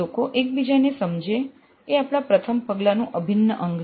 લોકો એક બીજા ને સમજે એ આપણા પ્રથમ પગલા નું અભિન્ન અંગ છે